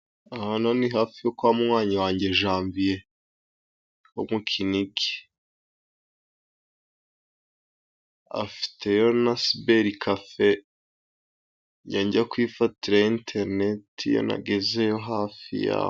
Hano ni hafi yo kwa munywanyi wanjye Janviye wo mu Kinigi. Afiteyo na siberikafe, njya njya kwifatirayo enterineti nagezeyo hafi ya ho.